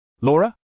Laura